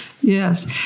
Yes